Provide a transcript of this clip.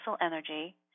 energy